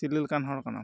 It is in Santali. ᱪᱤᱞᱤ ᱞᱮᱠᱟᱱ ᱦᱚᱲ ᱠᱟᱱᱟᱢ